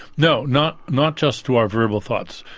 no, not not just to our verbal thoughts.